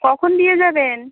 কখন দিয়ে যাবেন